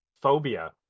Phobia